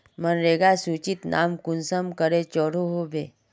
मनरेगा सूचित नाम कुंसम करे चढ़ो होबे?